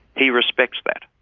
he respects that.